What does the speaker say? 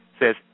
says